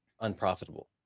unprofitable